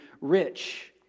rich